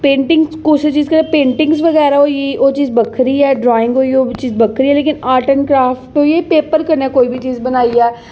paintings कुछ paintings बगैरा होई गेई ओह् चीज़ बक्खरी ऐ ड्राईंग होई गेई ओह् बी चीज़ बक्खरी ऐ लेकिन आर्ट एंड क्राफ्ट होई गै जा पेपर कन्नै कोई चीज़ बनाई जा